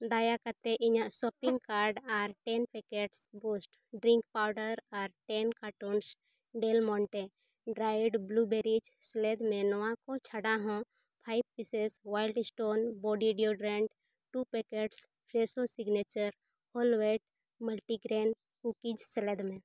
ᱫᱟᱭᱟ ᱠᱟᱛᱮᱫ ᱤᱧᱟᱹᱜ ᱥᱚᱯᱤᱝ ᱠᱟᱨᱰ ᱟᱨ ten packets Boost drink powder ᱟᱨ ten cartons Del Monte dried blueberries ᱥᱮᱞᱮᱫ ᱢᱮ ᱱᱚᱣᱟ ᱠᱚ ᱪᱷᱟᱰᱟ ᱦᱚᱸ five pieces Wild Stone body deodorant two packets Fresho Signature whole wheat multigrain cookies ᱥᱮᱞᱮᱫ ᱢᱮ